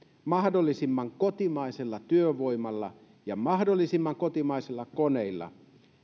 mahdollisimman kotimaisella työvoimalla ja mahdollisimman kotimaisilla koneilla